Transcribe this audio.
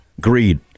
Greed